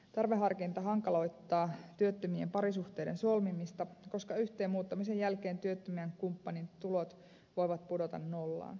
tarveharkinta hankaloittaa työttömien parisuhteiden solmimista koska yhteen muuttamisen jälkeen työttömän kumppanin tulot voivat pudota nollaan